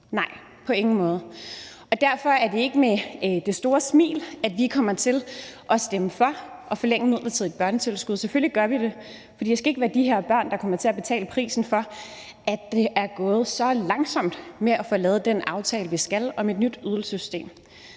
Nej, på ingen måde, og derfor er det ikke med det store smil, at vi kommer til at stemme for at forlænge det midlertidige børnetilskud. Selvfølgelig gør vi det, for det skal ikke være de her børn, der kommer til at betale prisen for, at det er gået så langsomt med at få lavet den aftale, vi skal lave om et nyt ydelsessystem.